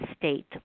state